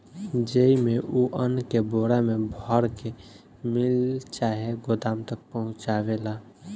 जेइमे, उ अन्न के बोरा मे भर के मिल चाहे गोदाम तक पहुचावेला